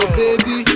baby